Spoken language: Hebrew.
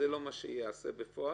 לא מה שייעשה בפועל?